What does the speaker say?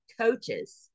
Coaches